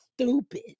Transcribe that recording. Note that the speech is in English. stupid